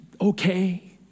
okay